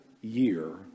year